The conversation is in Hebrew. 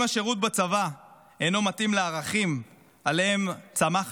אם השירות בצבא אינו מתאים לערכים שעליהם צמח